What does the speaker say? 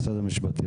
משרד המשפטים.